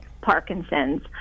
Parkinson's